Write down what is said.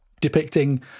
depicting